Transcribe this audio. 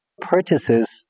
Purchases